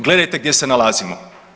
Gledajte gdje se nalazimo.